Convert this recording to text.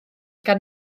gan